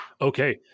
Okay